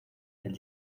del